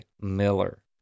Miller